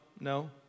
no